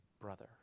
brother